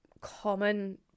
common